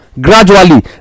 gradually